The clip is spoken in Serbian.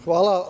Hvala.